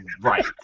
Right